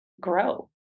grow